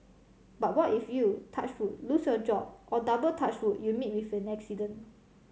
but what if you touch wood lose your job or double touch wood you meet with an accident